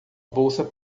bolsa